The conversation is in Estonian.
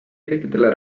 kõikidele